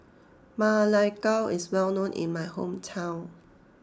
Ma Lai Gao is well known in my hometown